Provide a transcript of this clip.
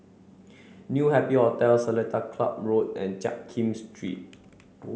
new Happy Hotel Seletar Club Road and Jiak Kim Street